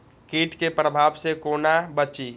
कीट के प्रभाव से कोना बचीं?